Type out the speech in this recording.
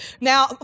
now